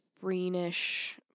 greenish